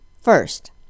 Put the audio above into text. first